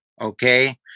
okay